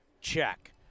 check